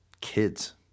kids